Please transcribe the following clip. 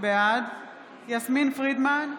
בעד יסמין פרידמן,